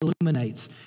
illuminates